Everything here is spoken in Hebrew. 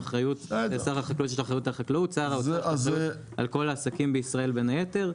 אחריות על כל העסקים בישראל בין היתר,